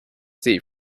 seat